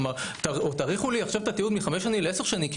פעם